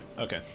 Okay